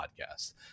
podcast